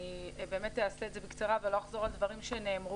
אני אעשה את זה בקצרה, ולא אחזור על דברים שנאמרו.